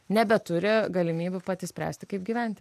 nebeturi galimybių pati spręsti kaip gyventi